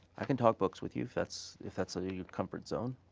i can talk books with you if that's if that's ah your comfort zone.